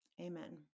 Amen